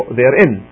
therein